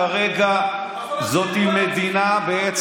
כרגע זאת מדינה,